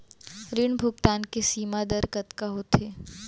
ऋण भुगतान के सीमा दर कतका होथे?